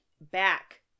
back